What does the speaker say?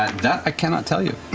that i cannot tell you.